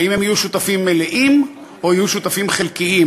האם הם יהיו שותפים מלאים או יהיו שותפים חלקיים?